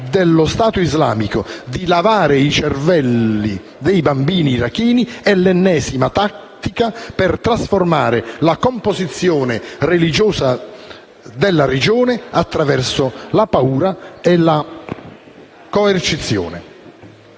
dell'IS di «lavare il cervello ai bambini iracheni è l'ennesima tattica per trasformare la composizione religiosa della regione attraverso la paura e la coercizione».